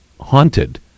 haunted